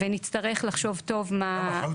ונצטרך לחשוב טוב מה --- אחריות